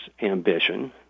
ambition